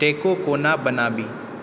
taco कोना बनाबी